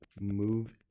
move